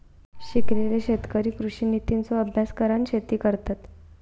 शिकलेले शेतकरी कृषि नितींचो अभ्यास करान शेती करतत